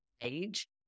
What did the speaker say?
age